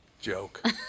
joke